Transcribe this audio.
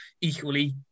equally